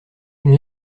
une